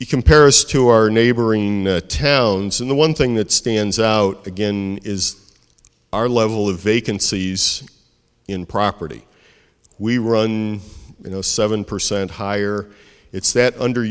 he compares to our neighboring towns in the one thing that stands out again is our level of vacancies in property we run you know seven percent higher it's